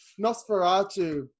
Nosferatu